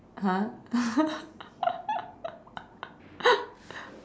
!huh!